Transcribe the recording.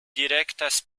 direktas